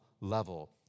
level